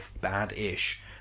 bad-ish